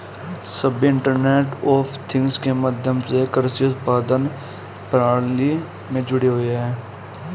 सभी internet of things के माध्यम से कृषि उत्पादन प्रणाली में जुड़े हुए हैं